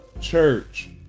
church